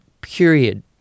period